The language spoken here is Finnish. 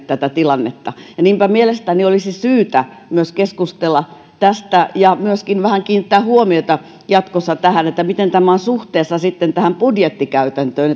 tätä tilannetta niinpä mielestäni olisi syytä keskustella myös tästä ja myöskin vähän kiinnittää huomiota jatkossa tähän miten tämä on suhteessa sitten tähän budjettikäytäntöön